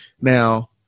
Now